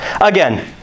Again